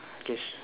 case